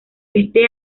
este